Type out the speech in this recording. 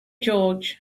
george